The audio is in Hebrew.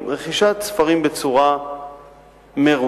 רכישת ספרים בצורה מרוכזת,